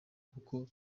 kuko